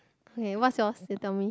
okay what's yours you tell me